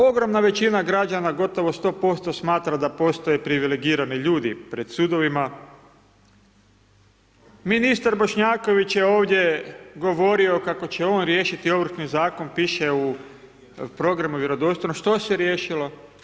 Ogromna većina građana gotovo 100% smatra da postoje privilegirani ljudi pred sudovima, ministar Bošnjaković je ovdje govorio kako će on riješiti Ovršni zakon, piše u programu Vjerodostojno, što se riješilo?